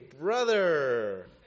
brother